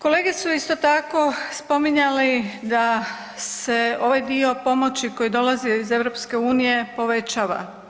Kolege su isto tako spominjali da se ovaj dio pomoći koji dolazi iz EU povećava.